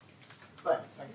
Thanks